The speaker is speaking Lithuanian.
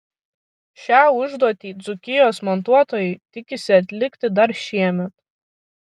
šią užduotį dzūkijos montuotojai tikisi atlikti dar šiemet